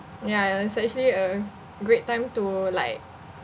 ya it's actually a great time to like